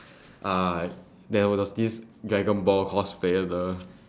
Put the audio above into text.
uh there was a few dragon ball cosplayer girl